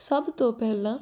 ਸਭ ਤੋਂ ਪਹਿਲਾਂ